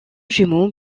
jumeau